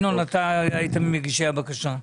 בבקשה, ינון, אתה היית ממגישי הבקשה.